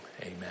Amen